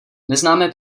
neznáme